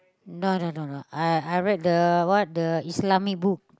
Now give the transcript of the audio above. no no no no I I read the what the Islamic book